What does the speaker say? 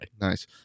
Nice